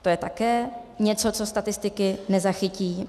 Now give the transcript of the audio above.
To je také něco, co statistiky nezachytí.